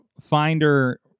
Finder